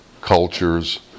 cultures